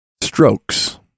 Strokes